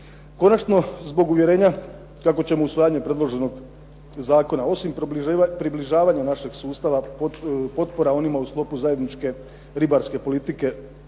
Konačno, zbog uvjerenja kako ćemo usvajanje predloženog zakona osim približavanja našeg sustava potpora onima u sklopu zajedničke ribarske politike